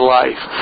life